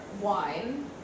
wine